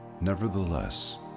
Nevertheless